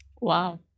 Wow